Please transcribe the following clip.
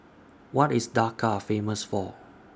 What IS Dhaka Famous For